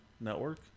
network